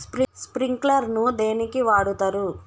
Sprinkler ను దేనికి వాడుతరు?